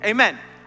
Amen